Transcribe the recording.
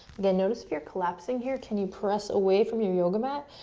again, notice if you're collapsing here, can you press away from your yoga mat.